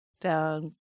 down